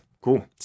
cool